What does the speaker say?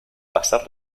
pasar